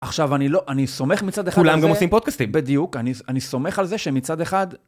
עכשיו אני לא, אני סומך מצד אחד. כולם גם עושים פודקאסטים. בדיוק, אני סומך על זה שמצד אחד...